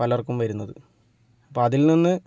പലർക്കും വരുന്നത് അപ്പം അതിൽ നിന്ന്